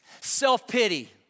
Self-pity